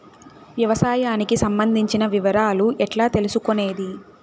వ్యవసాయానికి సంబంధించిన వివరాలు ఎట్లా తెలుసుకొనేది?